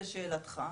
לשאלתך,